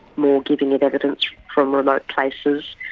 more giving of evidence from remote places.